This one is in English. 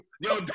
yo